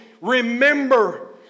remember